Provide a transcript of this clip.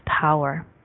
power